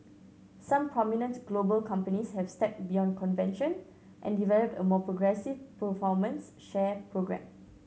some prominent global companies have stepped beyond convention and developed a more progressive performance share programme